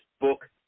book